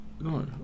No